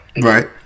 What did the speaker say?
Right